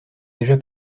déjà